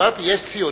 אמרתי: יש ציונים.